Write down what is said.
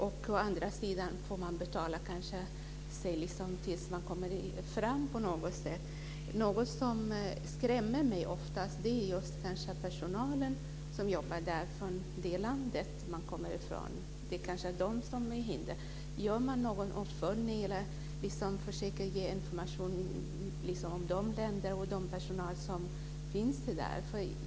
Å andra sidan får man kanske betala för sig innan man kommer fram på något sätt. Något som skrämmer mig är att personalen i det land man kommer ifrån utgör ett hinder. Gör man något åt det? Följer man det och ger man information i de länderna för den personal som finns där?